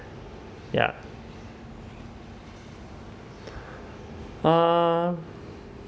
ya uh